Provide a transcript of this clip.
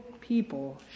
people